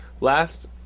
Last